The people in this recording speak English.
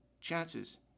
chances